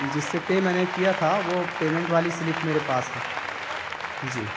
جس سے پے میں نے کیا تھا وہ پیمنٹ والی سلپ میرے پاس ہے جی